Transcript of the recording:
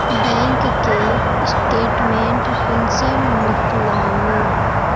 Bank के statement कुंसम नीकलावो?